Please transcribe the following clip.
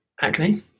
acne